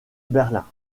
berlin